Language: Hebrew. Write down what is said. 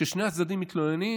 כששני הצדדים מתלוננים,